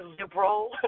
liberal